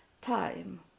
time